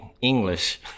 english